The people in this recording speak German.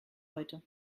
heute